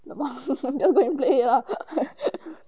lmao you all go and play ah